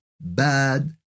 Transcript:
bad